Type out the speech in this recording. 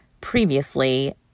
previously